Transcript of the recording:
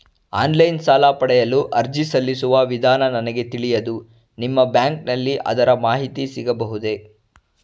Online ಸಾಲ ಪಡೆಯಲು ಅರ್ಜಿ ಸಲ್ಲಿಸುವ ವಿಧಾನ ನನಗೆ ತಿಳಿಯದು ನಿಮ್ಮ ಬ್ಯಾಂಕಿನಲ್ಲಿ ಅದರ ಮಾಹಿತಿ ಸಿಗಬಹುದೇ?